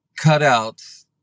cutouts